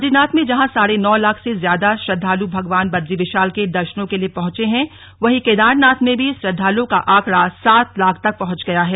बदरीनाथ में जहां साढ़े नौ लाख से ज्यादा श्रद्धालु भगवान बद्री वि ााल के द नों के लिए पहुंचे हैं वहीं केदारनाथ में भी श्रद्धालुओं का आंकड़ा सात लाख तक पहुंच गया है